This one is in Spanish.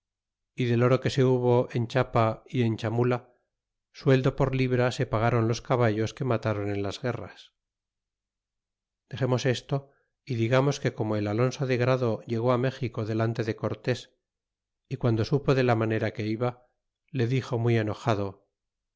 y del oro que se hubo en chiapa y en chamula sueldo por libra se pagaron los caballos que mataron en las guerras dexemos esto y digamos que como el alonso de grado llegó méxico delante de cortés y guando supo de la manera que iba le dixo muy enojado